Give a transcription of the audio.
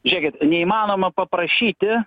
žiūrėkit neįmanoma paprašyti